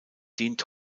dient